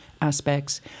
aspects